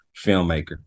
filmmaker